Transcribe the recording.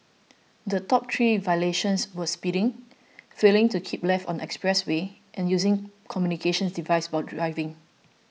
the top three violations were speeding failing to keep left on the expressway and using communications devices while driving